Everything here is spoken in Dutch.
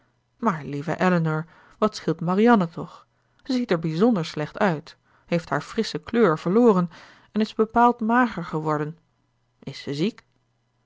maar lieve elinor wat scheelt marianne toch ze ziet er bijzonder slecht uit heeft haar frissche kleur verloren en is bepaald mager geworden is